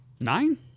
nine